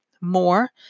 more